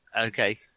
Okay